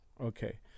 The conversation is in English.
Okay